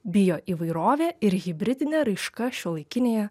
bioįvairovė ir hibridinė raiška šiuolaikinėje